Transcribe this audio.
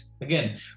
again